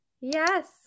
Yes